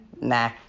nah